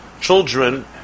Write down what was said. Children